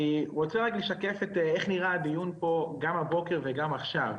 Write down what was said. אני רוצה רק לשקף איך נראה הדיון כאן גם הבוקר וגם עכשיו.